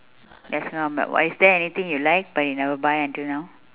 yes is there anything you like but you never buy until now